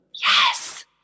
Yes